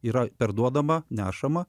yra perduodama nešama